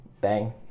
Bang